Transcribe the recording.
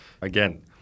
Again